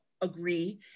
agree